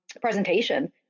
presentation